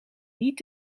niet